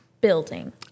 building